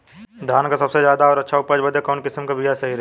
धान क सबसे ज्यादा और अच्छा उपज बदे कवन किसीम क बिया सही रही?